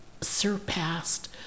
surpassed